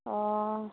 অঁ